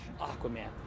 Aquaman